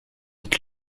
het